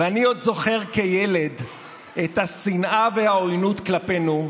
ואני עוד זוכר כילד את השנאה והעוינות כלפינו,